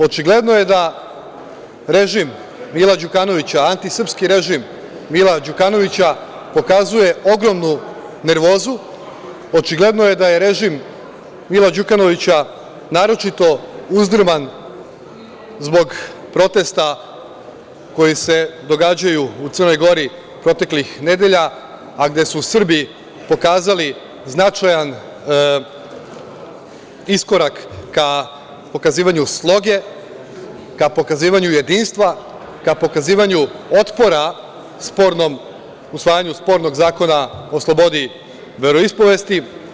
Očigledno je da režim Mila Đukanovića, antisrpski režim Mila Đukanovića, pokazuje ogromnu nervozu, očigledno je da je režim Mila Đukanovića naročito uzdrman zbog protesta koji se događaju u Crnoj Gori proteklih nedelja, a gde su Srbi pokazali značajan iskorak ka pokazivanju sloge, ka pokazivanju jedinstva, ka pokazivanju otpora usvajanju spornog zakona o slobodi veroispovesti.